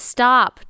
Stop